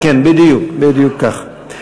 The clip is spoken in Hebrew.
חקיקה מאולצת, בדיוק ככה.